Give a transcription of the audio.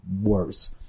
worse